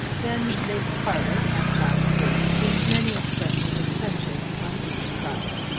then they parted at chowton gate with many expressions of friendship on each side.